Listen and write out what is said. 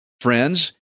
Friends